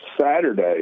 Saturday